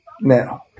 Now